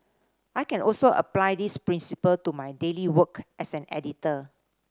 I can also apply this principle to my daily work as an editor